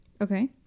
Okay